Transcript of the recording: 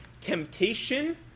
temptation